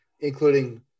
including